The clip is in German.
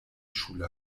schule